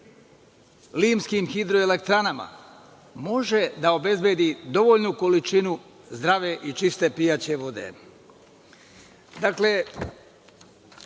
limskim hidroelektranama može da obezbedi dovoljnu količinu zdrave i čiste pijaće